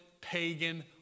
pagan